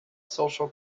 social